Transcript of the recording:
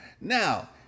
now